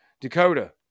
dakota